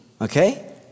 okay